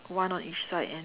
one on each side and